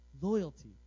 Loyalty